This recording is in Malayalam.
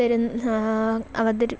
തരുമെന്നാ അവതരി